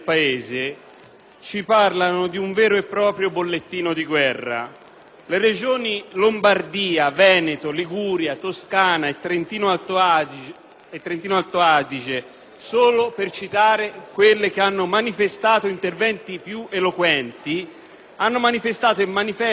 Le Regioni Lombardia, Veneto, Liguria, Toscana e Trentino-Alto Adige, solo per citare quelle che sono intervenute in maniera più eloquente, hanno manifestato in termini sempre più vibranti la loro denuncia di disservizi,